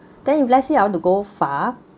then if let's say I want to go far